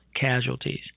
casualties